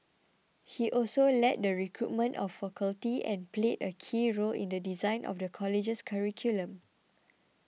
he also led the recruitment of faculty and played a key role in the design of the college's curriculum